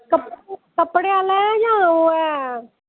कपड़े आह्ला ऐ जां ओह् ऐ